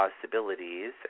possibilities